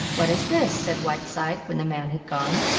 what is this? said whiteside when the man had gone.